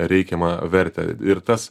reikiamą vertę ir tas